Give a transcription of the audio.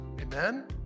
Amen